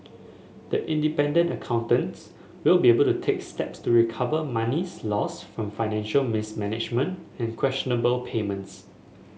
the independent accountants will be able to take steps to recover monies lost from financial mismanagement and questionable payments